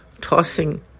tossing